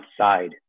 outside